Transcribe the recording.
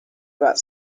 about